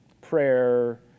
prayer